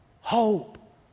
hope